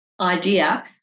idea